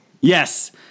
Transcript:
Yes